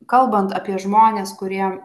kalbant apie žmones kurie